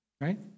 Right